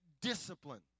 discipline